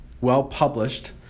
well-published